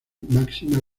máxima